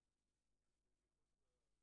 את מחוץ להגדרה.